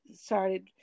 started